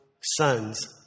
sons